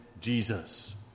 Jesus